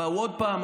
באו עוד פעם.